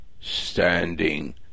standing